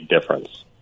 difference